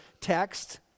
text